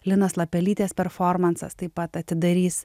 linos lapelytės performansas taip pat atidarys